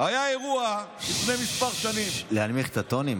היה אירוע לפני כמה שנים, להנמיך את הטונים,